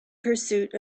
pursuit